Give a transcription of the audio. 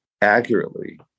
accurately